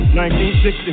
1960